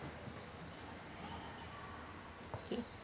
okay